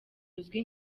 uzwi